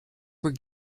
were